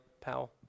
Powell